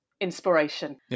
inspiration